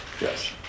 Yes